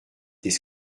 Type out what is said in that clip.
des